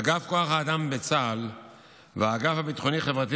אגף כוח האדם בצה"ל והאגף הביטחוני-חברתי